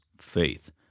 faith